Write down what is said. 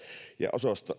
ja